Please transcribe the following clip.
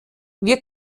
wir